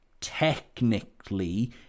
technically